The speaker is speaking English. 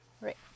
Right